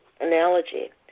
analogy